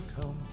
come